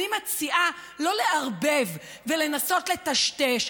אני מציעה לא לערבב ולנסות לטשטש.